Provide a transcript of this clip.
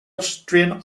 austrian